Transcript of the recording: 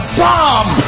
bomb